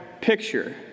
picture